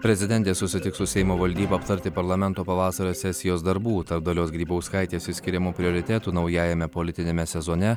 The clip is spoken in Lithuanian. prezidentė susitiks su seimo valdyba aptarti parlamento pavasario sesijos darbų dalios grybauskaitės išskiriamų prioritetų naujajame politiniame sezone